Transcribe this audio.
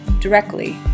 directly